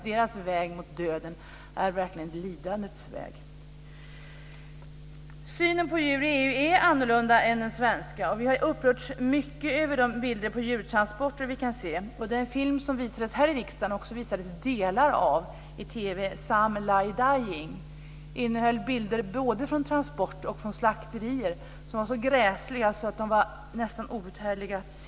Deras väg mot döden är verkligen ett lidandets väg. Synen på djur i EU är helt annorlunda än den svenska. Vi har upprörts mycket över de bilder på djurtransporter som vi kan se. Den film som visades här i riksdagen, och som det visades delar av i TV, Some lie dying, innehöll bilder både från transport och från slakterier som var så gräsliga att de var nästan outhärdliga att se.